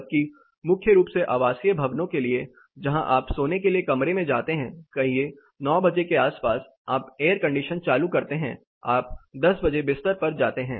जबकि मुख्य रूप से आवासीय भवनों के लिए जहां आप सोने के लिए कमरे में जाते हैं कहिए 9 बजे के आसपास आप एयर कंडीशनर चालू करते हैं आप 10 बजे बिस्तर पर जाते हैं